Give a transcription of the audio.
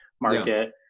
market